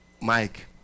Mike